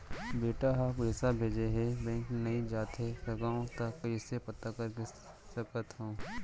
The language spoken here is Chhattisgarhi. बेटा ह पइसा भेजे हे बैंक नई जाथे सकंव त कइसे पता कर सकथव?